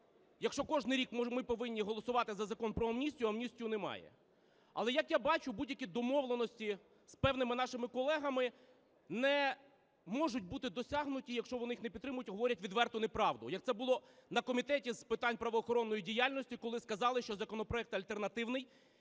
якщо кожний рік ми повинні голосувати за закон про амністію - амністії немає. Але, як я бачу, будь-які домовленості з певними нашими колегами не можуть бути досягнуті, якщо вони їх не підтримують, а говорять відверту неправду, як це було на Комітеті з питань правоохоронної діяльності, коли сказали, що законопроект альтернативний